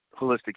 holistic